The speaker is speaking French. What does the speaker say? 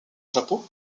chapeau